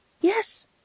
Yes